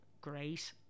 Great